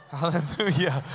Hallelujah